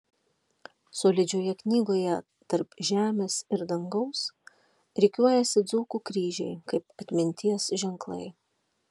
solidžioje knygoje tarp žemės ir dangaus rikiuojasi dzūkų kryžiai kaip atminties ženklai